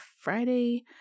Friday